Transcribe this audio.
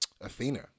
Athena